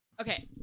Okay